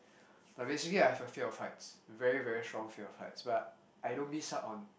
but basically I have a fear of height very very strong fear of heights but I don't miss out on